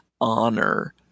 honor